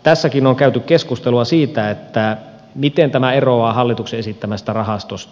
tässäkin on käyty keskustelua siitä miten tämä eroaa hallituksen esittämästä rahastosta